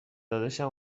داداشم